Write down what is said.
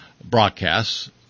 broadcasts